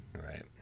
right